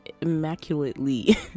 immaculately